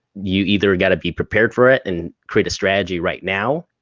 you either gotta be prepared for it, and create a strategy right now,